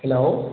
hello